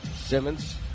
Simmons